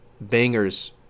Bangers